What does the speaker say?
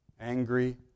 angry